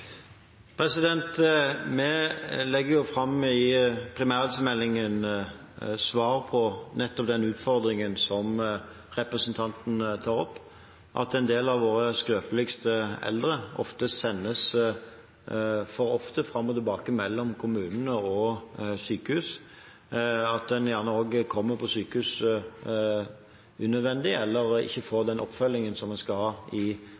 Vi legger fram i primærhelsemeldingen svar på nettopp den utfordringen som representanten tar opp, at en del av våre skrøpeligste eldre sendes for ofte fram og tilbake mellom kommune og sykehus, at en gjerne også kommer på sykehus unødvendig, eller ikke får den oppfølgingen som en skal ha i